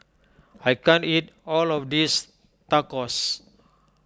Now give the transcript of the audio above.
I can't eat all of this Tacos